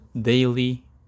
daily